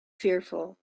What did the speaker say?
fearful